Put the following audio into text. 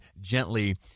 gently